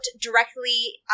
directly